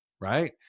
Right